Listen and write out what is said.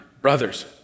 brothers